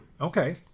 Okay